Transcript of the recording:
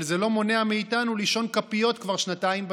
אבל זה לא מונע מאיתנו לישון כפיות כבר שנתיים בשטח,